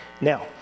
Now